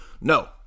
No